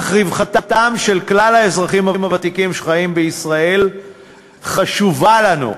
אך רווחתם של כלל האזרחים הוותיקים שחיים בישראל חשובה לנו,